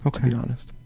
to be honest.